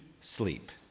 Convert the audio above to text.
sleep